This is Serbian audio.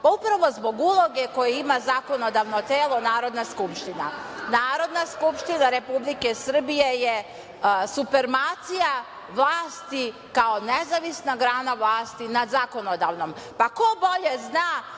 Upravo zbog uloge koje ima zakonodavno telo Narodna skupština. Narodna skupština Republike Srbije je supremacija vlasti kao nezavisna grana vlasti nad zakonodavnom. Ko bolje zna